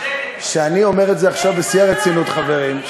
אני אומר את זה עכשיו בשיא הרצינות, חברים.